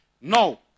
No